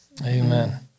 Amen